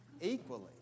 equally